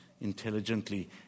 intelligently